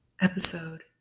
episode